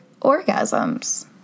orgasms